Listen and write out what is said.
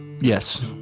Yes